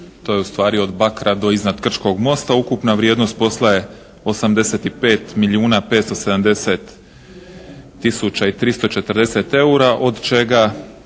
to je ustvari od Bakra do iznad Krčkog mosta. Ukupna vrijednost posla je 85 milijuna 570 tisuća i 340 eura od čega